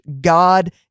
God